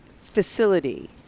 facility